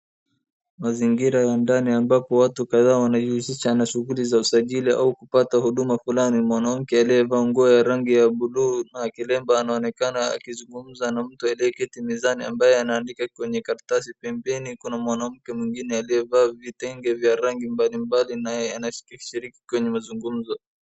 Mazingira ya ndani ambapo watu kadhaa wanajihusisha na shughuli za usajili au kupata huduma fulani, mwanamke aliyevaa nguo ya rangi ya buluu na kilemba anaonekana akizungumza na mtu aliyeketi mezani ambaye anaandika kwenye karatasi, pembeni kuna mwanamke mwingine aliyevaa vitenge vya rangi mbalimbali na anashiriki kwenye mazungumzo.